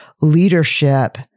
leadership